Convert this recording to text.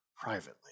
privately